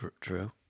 True